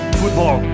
football